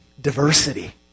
diversity